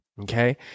Okay